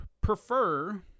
prefer